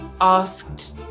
asked